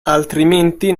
altrimenti